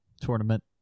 tournament